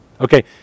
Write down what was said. Okay